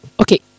okay